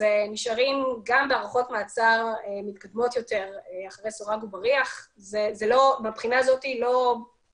עוברים למעצרים בפיקוח אלקטרוני אני פשוט תוהה אם לא מתפתחת פה